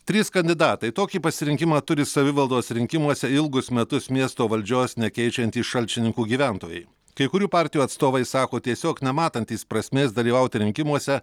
trys kandidatai tokį pasirinkimą turi savivaldos rinkimuose ilgus metus miesto valdžios nekeičiantys šalčininkų gyventojai kai kurių partijų atstovai sako tiesiog nematantys prasmės dalyvauti rinkimuose